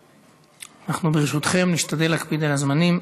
אנחנו, ברשותכם, נשתדל להקפיד על הזמנים.